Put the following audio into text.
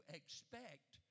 expect